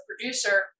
producer